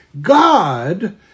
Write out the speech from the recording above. God